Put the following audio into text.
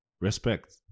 respect